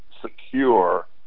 secure